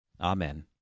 Amen